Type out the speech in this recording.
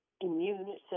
immune